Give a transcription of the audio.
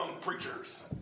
preachers